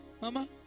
Mama